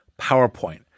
PowerPoint